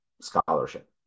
scholarship